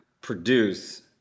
produce